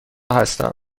هستم